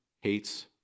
hates